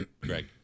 Greg